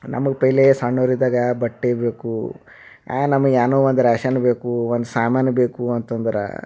ನಮಗೆ ಪೆಹ್ಲೇ ಸಣ್ಣವರಿದ್ದಾಗ ಬಟ್ಟೆ ಬೇಕು ನಮಗ್ ಏನೋ ಒಂದು ರ್ಯಾಷನ್ ಬೇಕು ಒಂದು ಸಾಮಾನು ಬೇಕು ಅಂತಂದ್ರೆ